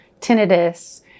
tinnitus